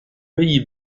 pays